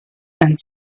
and